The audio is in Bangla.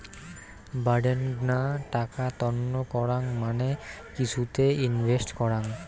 বাডেনগ্না টাকা তন্ন করাং মানে কিছুতে ইনভেস্ট করাং